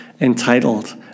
entitled